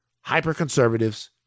hyper-conservatives